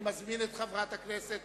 אני מזמין את חברת הכנסת